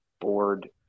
board